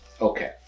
Okay